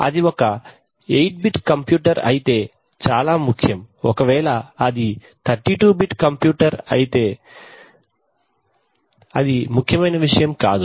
అది ఒక 8 bit computer అయితే చాలా ముఖ్యం ఒక వేళ అది 32 బిట్ ఫ్లోటింగ్ పాయింట్ కంప్యూటర్ అయితే అది ముఖ్యమైన విషయం కాదు